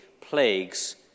plagues